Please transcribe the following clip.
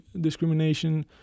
discrimination